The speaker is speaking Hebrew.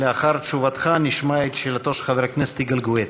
לאחר תשובתך נשמע את שאלתו של חבר הכנסת יגאל גואטה.